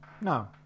No